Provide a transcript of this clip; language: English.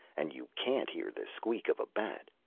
and you can't hear the squeak of a bat.